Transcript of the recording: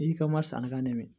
ఈ కామర్స్ అనగా నేమి?